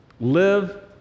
Live